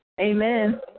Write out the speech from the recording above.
Amen